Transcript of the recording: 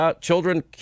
children